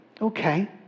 okay